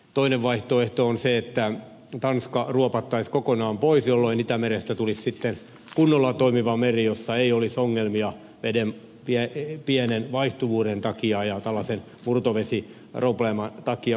toinen vaihtoehto on se että tanska ruopattaisiin kokonaan pois jolloin itämerestä tulisi sitten kunnolla toimiva meri jossa ei olisi ongelmia veden pienen vaihtuvuuden takia ja tällaisen murtovesiprobleeman takia